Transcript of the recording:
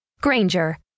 Granger